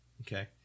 okay